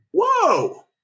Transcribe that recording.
Whoa